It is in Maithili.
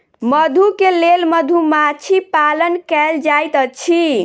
मधु के लेल मधुमाछी पालन कएल जाइत अछि